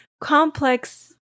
complex